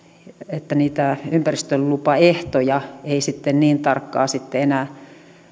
niitä ympäristölupaehtoja ei sitten niin tarkkaan enää